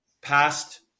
past